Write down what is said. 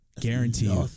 Guaranteed